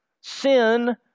sin